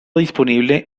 disponible